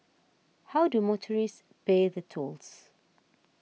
how do motorists pay the tolls